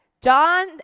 John